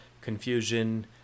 confusion